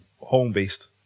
home-based